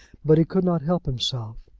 but he could not help himself.